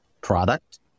product